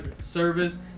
service